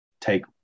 take